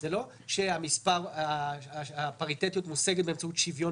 זה לא שהפריטטיות מושגת באמצעות שוויון